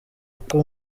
uko